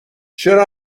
چرا